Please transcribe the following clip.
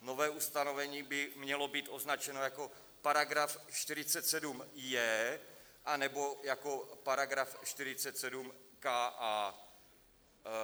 Nové ustanovení by mělo být označeno jako § 47j, anebo jako § 47ka.